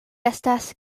estas